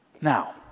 Now